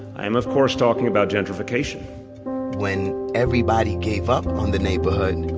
i am, of course, talking about gentrification when everybody gave up on the neighborhood,